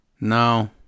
No